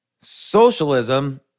Socialism